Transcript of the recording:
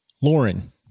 Lauren